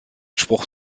spruch